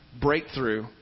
Breakthrough